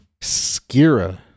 Skira